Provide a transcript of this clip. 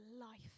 life